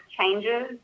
changes